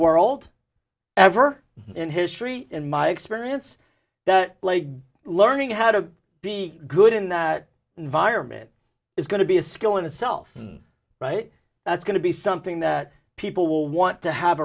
world ever in history in my experience that like learning how to be good in that environment is going to be a skill in itself right that's going to be something that people will want to have